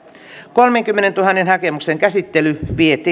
kolmenkymmenentuhannen hakemuksen käsittely